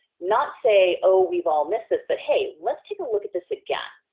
not say, oh we've all missed this, but, hey let's take a look at this again.